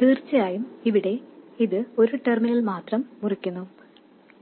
തീർച്ചയായും ഇവിടെ ഇത് ഒരു ടെർമിനൽ മാത്രം മുറിക്കുന്നു